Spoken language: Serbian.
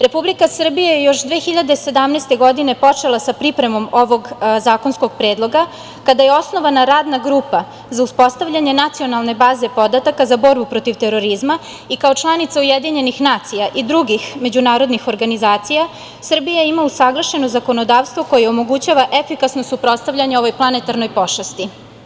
Republika Srbija je još 2017. godine počela sa pripremom ovog zakonskog predloga kada je osnovana Radna grupa za uspostavljanje Nacionalne baze podataka za borbu protiv terorizma i kao članica UN i drugih međunarodnih organizacija, Srbija ima usaglašeno zakonodavstvo koje omogućava efikasno suprotstavljanje ovoj planetarnoj pošasti.